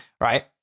Right